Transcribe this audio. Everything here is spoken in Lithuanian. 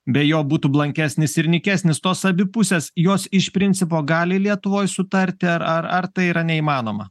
be jo būtų blankesnis ir nykesnis tos abi pusės jos iš principo gali lietuvoj sutarti ar ar tai yra neįmanoma